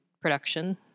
production